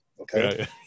Okay